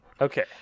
Okay